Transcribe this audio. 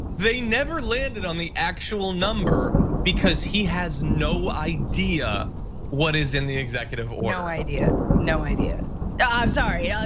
they never landed on the actual number because he has no idea what is in the executive order? no idea, no idea. ah i'm sorry yeah